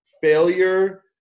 failure